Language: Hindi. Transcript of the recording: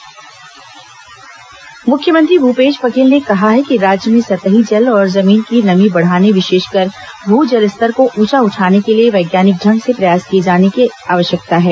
मुख्यमंत्री बैठक मुख्यमंत्री भूपेश बघेल ने कहा है कि राज्य में सतही जल और जमीन की नमी बढ़ाने विशेषकर भू जल स्तर को ऊंचा उठाने के लिए वैज्ञानिक ढंग से प्रयास किए जाने की जरूरत है